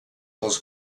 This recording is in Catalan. dels